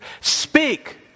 Speak